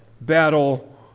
battle